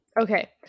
Okay